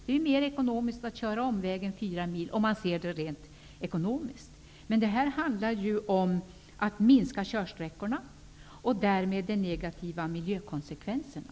Det är ju mera ekonomiskt att göra en omväg och köra fyra mil, om man ser det hela rent ekonomiskt. Men här handlar det om att minska körsträckorna och därmed de negativa miljökonsekvenserna.